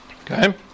Okay